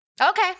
Okay